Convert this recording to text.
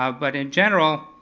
ah but in general,